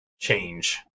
change